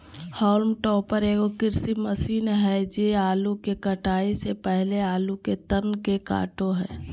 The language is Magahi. हॉल्म टॉपर एगो कृषि मशीन हइ जे आलू के कटाई से पहले आलू के तन के काटो हइ